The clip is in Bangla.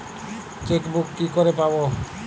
চেকবুক কি করে পাবো?